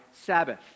Sabbath